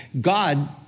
God